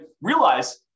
realize